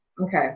Okay